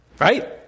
right